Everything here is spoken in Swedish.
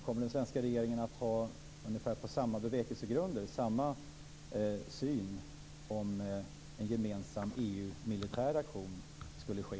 Kommer den svenska regeringen, på ungefär samma bevekelsegrunder, att ha samma syn om en gemensam militär EU-aktion skulle ske?